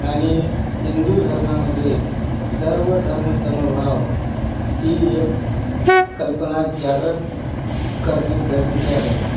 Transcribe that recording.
आणि हिंदू धर्मामध्ये सर्व धर्मसमभाव ही एक कल्पना जागृत करणे गरजेचे आहे